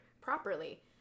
properly